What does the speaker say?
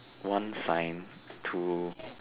one sign two